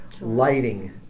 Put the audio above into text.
Lighting